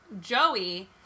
Joey